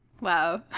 Wow